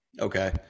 Okay